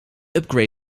upgrade